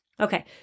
Okay